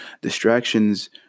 distractions